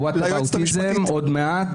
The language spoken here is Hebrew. וואטאבאוטיזם עוד מעט.